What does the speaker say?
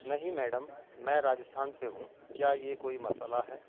نہیں میڈم میں راجستھان سے ہوں کیا یہ کوئی مسئلہ ہے